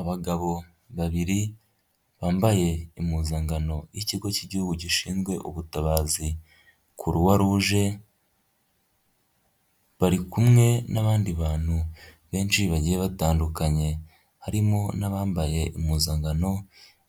Abagabo babiri bambaye impuzankano y'ikigo cy'Igihugu gishinzwe ubutabazi Kuruwaruje bari kumwe n'abandi bantu benshi bagiye batandukanye harimo n'abambaye impuzankano